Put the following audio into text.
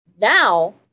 Now